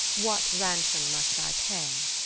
what ransom must i pay?